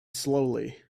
slowly